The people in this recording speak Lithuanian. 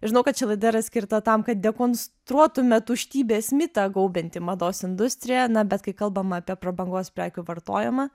žinau kad ši laida yra skirta tam kad dekonstruotume tuštybės mitą gaubiantį mados industriją na bet kai kalbama apie prabangos prekių vartojimą